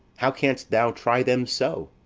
how canst thou try them so?